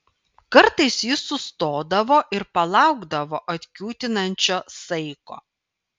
kartais jis sustodavo ir palaukdavo atkiūtinančio saiko